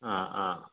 ആ ആ